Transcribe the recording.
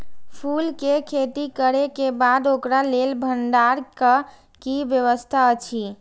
फूल के खेती करे के बाद ओकरा लेल भण्डार क कि व्यवस्था अछि?